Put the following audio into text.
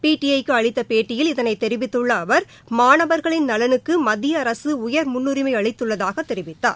PTI க்கு அளித்த பேட்டியில் இதனைத் தெரிவித்துள்ள அவா் மாணவா்களின் நலனுக்கு மத்திய அரசு உயர் முன்னுரிமை அளித்துள்ளதாகத் தெரிவித்தார்